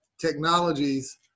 technologies